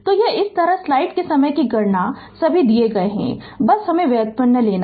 तो यह इस तरह स्लाइड के समय कि गणना सभी दिए गए हैं बस व्युत्पन्न लें